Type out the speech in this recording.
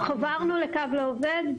אנחנו חברנו ל"קו לעובד".